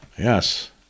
Yes